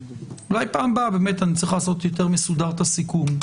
אולי פעם הבאה באמת אני צריך לעשות יותר מסודר את הסיכום.